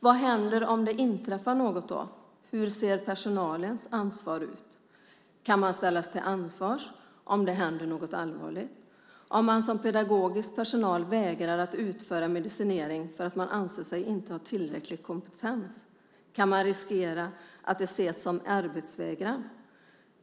Vad händer om det inträffar något då? Hur ser personalens ansvar ut? Kan man ställas till ansvar om det händer något allvarligt, om man som pedagogisk personal vägrar att utföra medicinering för att man anser sig inte ha tillräcklig kompetens? Kan man riskera att det ses som arbetsvägran?